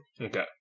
Okay